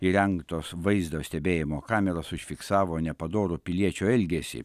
įrengtos vaizdo stebėjimo kameros užfiksavo nepadorų piliečio elgesį